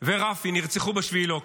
ורפי נרצחו ב-7 באוקטובר.